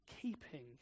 keeping